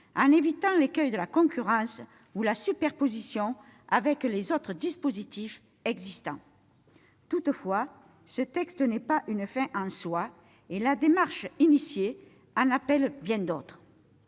en évitant l'écueil de la concurrence ou la superposition avec les autres dispositifs existants. Toutefois, ce texte n'est pas une fin en soi, et la démarche initiée en appelle bien d'autres.